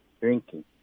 drinking